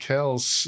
Kels